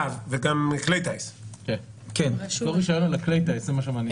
שמי שמנהל אותו זה רגולטור של תחום התעופה האזרחית במשרד התחבורה.